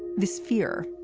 this fear,